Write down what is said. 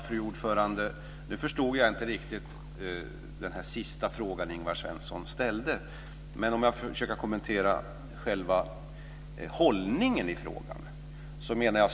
Fru talman! Jag förstod inte riktigt den fråga som Ingvar Svensson ställde allra sist i sin replik men jag ska försöka kommentera själva hållningen i frågan.